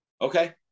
Okay